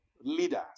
leaders